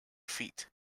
feet